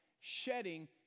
shedding